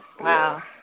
Wow